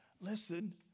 listen